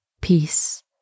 peace